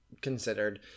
considered